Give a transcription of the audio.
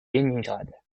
léningrad